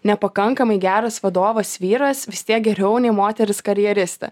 nepakankamai geras vadovas vyras vis tiek geriau nei moteris karjeristė